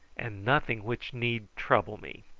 and nothing which need trouble me.